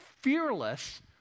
fearless